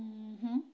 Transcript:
ହୁଁ ହୁଁ